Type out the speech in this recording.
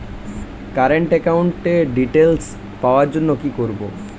Current একাউন্টের details পাওয়ার জন্য কি করব?